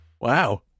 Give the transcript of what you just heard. wow